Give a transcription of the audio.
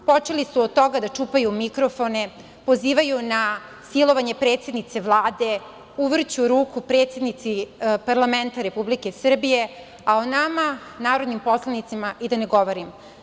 Počeli su od toga da čupaju mikrofone, pozivaju na silovanje predsednice Vlade, uvrću ruku predsednici parlamenta Republike Srbije, a o nama narodnim poslanicima i da ne govorim.